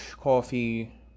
coffee